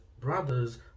brothers